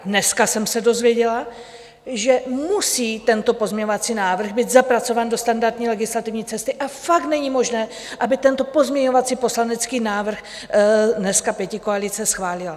Dneska jsem se dozvěděla, že musí tento pozměňovací návrh být zapracován do standardní legislativní cesty a fakt není možné, aby tento pozměňovací poslanecký návrh dneska pětikoalice schválila.